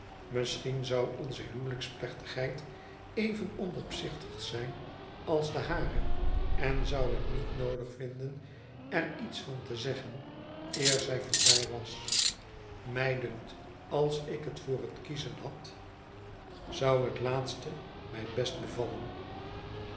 misschien zou onze huwelijksplechtigheid even onopzichtig zijn als de hare en zou ik niet noodig vinden er iets van te zeggen eer zij voorbij was mij dunkt als ik het voor het kiezen had zou het laatste mij best bevallen